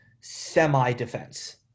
semi-defense